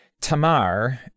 Tamar